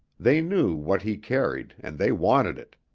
they knew what he carried and they wanted it.